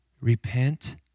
Repent